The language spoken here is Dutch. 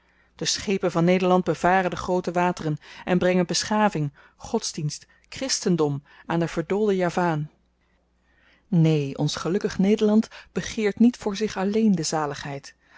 de schepen van nederland bevaren de groote wateren en brengen beschaving godsdienst christendom aan den verdoolden javaan neen ons gelukkig nederland begeert niet voor zich alleen de zaligheid